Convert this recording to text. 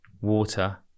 water